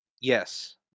Yes